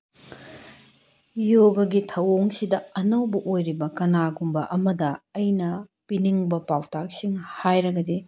ꯌꯣꯒꯒꯤ ꯊꯧꯑꯣꯡꯁꯤꯗ ꯑꯅꯧꯕ ꯑꯣꯏꯔꯤꯕ ꯀꯅꯥꯒꯨꯝꯕ ꯑꯃꯗ ꯑꯩꯅ ꯄꯤꯅꯤꯡꯕ ꯄꯥꯎꯇꯥꯛꯁꯤꯡ ꯍꯥꯏꯔꯒꯗꯤ